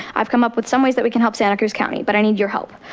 i've come up with some ways that we can help santa cruz county, but i need your help.